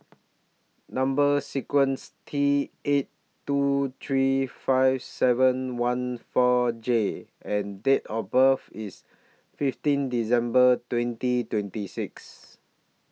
Number sequence T eight two three five seven one four J and Date of birth IS fifteen December twenty twenty six